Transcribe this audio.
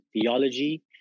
theology